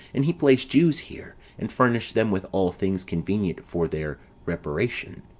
and he placed jews here and furnished them with all things convenient for their reparation.